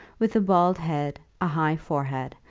with a bald head, a high forehead,